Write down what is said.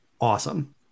awesome